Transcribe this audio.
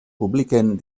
publiquen